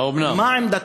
ומה עמדתו?